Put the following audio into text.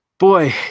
Boy